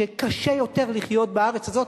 שקשה יותר לחיות בארץ הזאת.